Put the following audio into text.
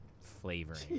flavoring